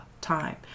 time